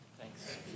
Thanks